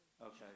Okay